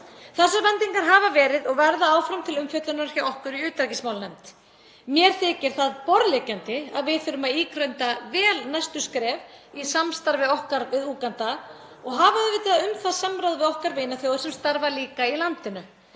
Þessar vendingar hafa verið og verða áfram til umfjöllunar hjá okkur í utanríkismálanefnd. Mér þykir það borðleggjandi að við þurfum að ígrunda vel næstu skref í samstarfi okkar við Úganda og hafa um það samráð við okkar vinaþjóðir sem starfa líka í landinu.